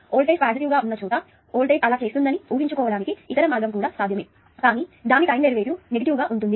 voltage positive గా ఉన్న చోట వోల్టేజ్ అలా చేస్తుందని ఊహించుకోవడానికి ఇతర మార్గం కూడా సాధ్యమే కానీ దాని టైం డెరివేటివ్ నెగటివ్ గా ఉంటుంది